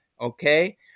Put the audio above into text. Okay